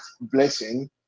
blessing